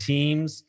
Teams